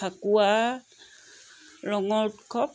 ফাকুৱা ৰঙৰ উৎসৱ